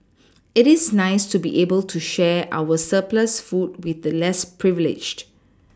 it is nice to be able to share our surplus food with the less privileged